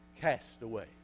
castaway